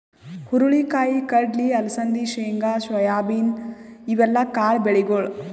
ಹುರಳಿ ಕಾಯಿ, ಕಡ್ಲಿ, ಅಲಸಂದಿ, ಶೇಂಗಾ, ಸೋಯಾಬೀನ್ ಇವೆಲ್ಲ ಕಾಳ್ ಬೆಳಿಗೊಳ್